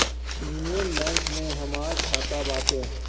union Bank में हमार खाता बाटे